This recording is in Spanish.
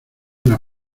una